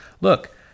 look